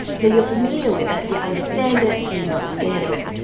so you're familiar with it you understand it so you're not scared of it.